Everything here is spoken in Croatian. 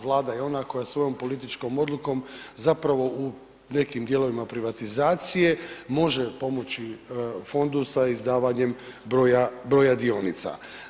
Vlada je ona koja svojom političkom odlukom zapravo u nekim dijelovima privatizacije može pomoći fondu sa izdavanjem broja, broja dionica.